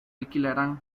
alquilarán